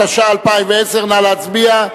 התש"ע 2010. נא להצביע.